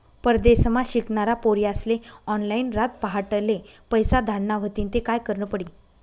परदेसमा शिकनारा पोर्यास्ले ऑनलाईन रातपहाटले पैसा धाडना व्हतीन ते काय करनं पडी